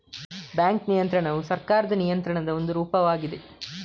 bank ನಿಯಂತ್ರಣವು ಸರ್ಕಾರದ ನಿಯಂತ್ರಣದ ಒಂದು ರೂಪವಾಗಿದೆ